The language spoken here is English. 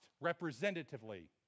representatively